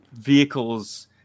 vehicles